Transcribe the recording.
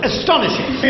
Astonishing